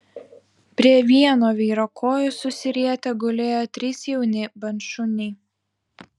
prie vieno vyro kojų susirietę gulėjo trys jauni bandšuniai